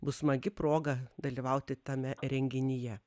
bus smagi proga dalyvauti tame renginyje